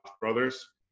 brothers